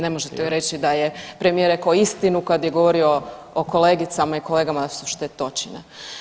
Ne možete joj reći da je premijer rekao istinu kad je govorio o kolegicama i kolegama da su štetočine.